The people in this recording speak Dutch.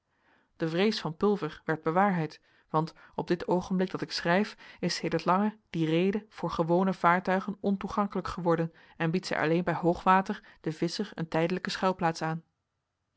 de vrees van pulver werd bewaarheid want op dit oogenblik dat ik schrijf is sedert lang die reede voor gewone vaartuigen ontoegankelijk geworden en biedt zij alleen bij hoog water den visscher een tijdelijke schuilplaats aan